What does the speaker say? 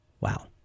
Wow